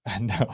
no